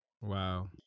Wow